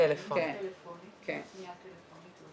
במסרון טלפון 21 ימים לפני מועד סיום העסקה.